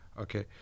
okay